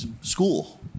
school